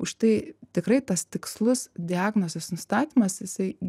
už tai tikrai tas tikslus diagnozės nustatymas jisai